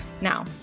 Now